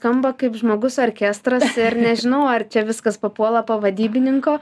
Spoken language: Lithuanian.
skamba kaip žmogus orkestras ir nežinau ar čia viskas papuola po vadybininko